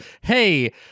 hey